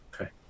Okay